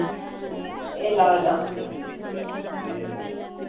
एह् लाओ एह् लाओ